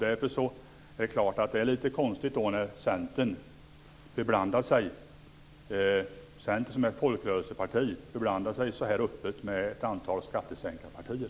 Därför är det klart att det är lite konstigt när Centern, som är ett folkrörelseparti, så här öppet beblandar sig med ett antal skattesänkarpartier.